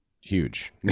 huge